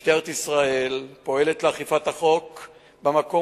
משטרת ישראל פועלת לאכיפת החוק במקום,